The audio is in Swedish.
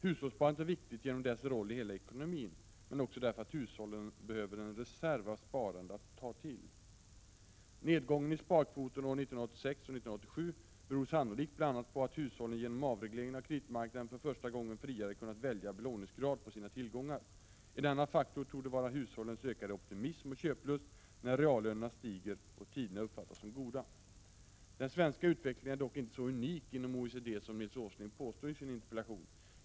Hushållssparandet är viktigt genom dess roll i hela ekonomin men också därför att hushållen behöver en reserv av sparande att ta till. Nedgången i sparkvoten år 1986 och 1987 beror sannolikt bl.a. på att hushållen genom avregleringen av kreditmarknaden för första gången friare kunnat välja belåningsgrad på sina tillgångar. En annan faktor torde vara hushållens ökade optimism och köplust när reallönerna stiger och tiderna uppfattas som goda. Den svenska utvecklingen är dock inte så unik inom OECD som Nils G Åsling påstår i sin interpellation.